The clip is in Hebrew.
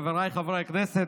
חבריי חברי הכנסת,